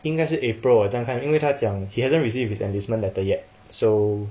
应该是 april 我这样看因为他讲 he hasn't received his enlistment letter yet so